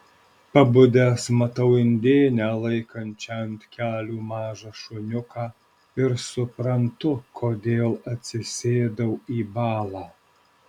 pabudęs matau indėnę laikančią ant kelių mažą šuniuką ir suprantu kodėl atsisėdau į balą